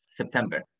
September